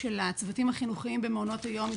של הצוותים החינוכיים במעונות היום היא